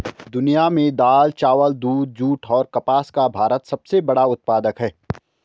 दुनिया में दाल, चावल, दूध, जूट और कपास का भारत सबसे बड़ा उत्पादक है